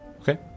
Okay